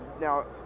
now